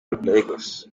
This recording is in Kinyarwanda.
lagos